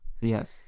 Yes